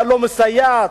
הלא-מסייעת,